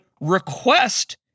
request